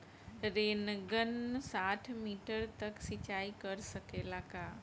Rain gun साठ metre तक सिचाई कर सकेला का?